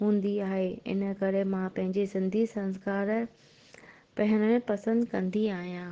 हूंदी आहे इन करे मां पंहिंजे सिंधी सरकार पहिरें पसंदि कंदी आहियां